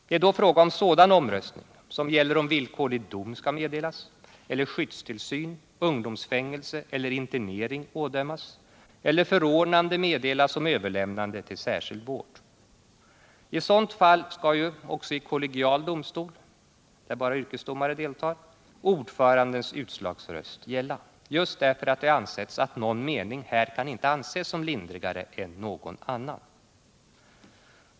Det är då fråga om omröstning som gäller om villkorlig dom skall meddelas eller om skyddstillsyn, ungdomsfängelse eller internering skall ådömas eller om förordnande skall meddelas om överlämnande till särskild vård. I sådana fall skall även i kollegial domstol, där bara yrkesdomare deltar, ordförandens utslagsröst gälla just därför att det har ansetts att någon mening här inte kan anses som lindrigare än någon annan.